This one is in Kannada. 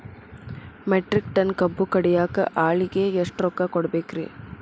ಮೆಟ್ರಿಕ್ ಟನ್ ಕಬ್ಬು ಕಡಿಯಾಕ ಆಳಿಗೆ ಎಷ್ಟ ರೊಕ್ಕ ಕೊಡಬೇಕ್ರೇ?